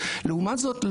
לעומת זאת,